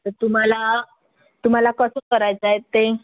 तर तुम्हाला तुम्हाला कसं करायचं आहे ते